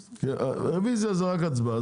רוויזיה זה רק הצבעה,